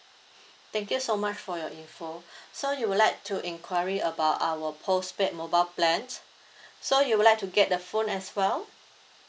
thank you so much for your info so you would like to enquiry about our post paid mobile plan so you would like to get the phone as well